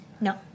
No